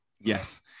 Yes